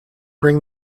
bring